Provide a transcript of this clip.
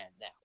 now